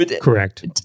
Correct